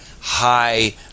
high